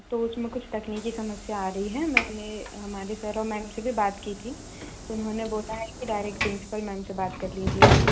तो उसमें कुछ तकनीकी समस्या आ रही है मैंने हमारे स्वारा मैम से भी बात की थी उन्होंने बोला है कि डायरेक्ट प्रिंसिपल मैम से बात कर लीजिए आप